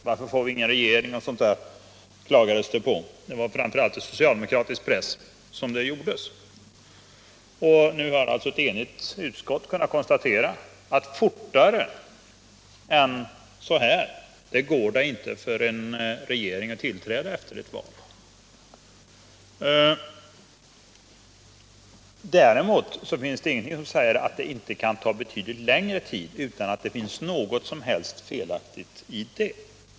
Varför får vi ingen regering, klagades det — framför allt i socialdemokratisk press. Nu har alltså ett enigt utskott kunnat konstatera att det inte går fortare än så här för en regering att tillträda efter ett val. Däremot finns det ingenting som säger att det inte kan ta betydligt längre tid utan att det finns något som helst felaktigt i det.